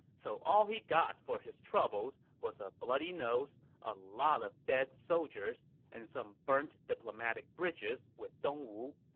so all he got for his troubles was a bloody nose, a lot of dead soldiers, and some burnt diplomatic bridges with dongwu